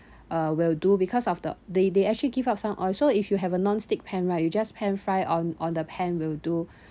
uh will do because of the they they actually give us some oil so if you have a non stick pan right you just pan fry on on the pan will do